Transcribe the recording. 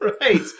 Right